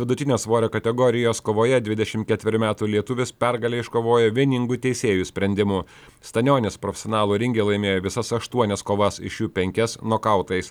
vidutinio svorio kategorijos kovoje dvidešimt ketverių metų lietuvis pergalę iškovojo vieningu teisėjų sprendimu stanionis profesionalų ringe laimėjo visas aštuonias kovas iš jų penkias nokautais